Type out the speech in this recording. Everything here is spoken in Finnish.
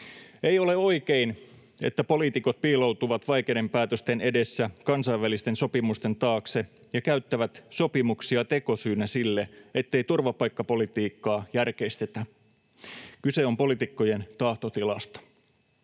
Ei ole oikein, että poliitikot piiloutuvat vaikeiden päätösten edessä kansainvälisten sopimusten taakse ja käyttävät sopimuksia tekosyynä sille, ettei turvapaikkapolitiikkaa järkeistetä. Kyse on poliitikkojen tahtotilasta.